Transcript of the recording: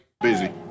Busy